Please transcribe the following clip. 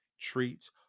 treats